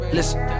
Listen